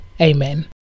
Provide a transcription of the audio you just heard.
Amen